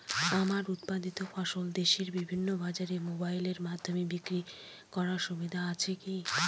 আমার উৎপাদিত ফসল দেশের বিভিন্ন বাজারে মোবাইলের মাধ্যমে বিক্রি করার সুবিধা আছে কি?